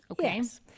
Yes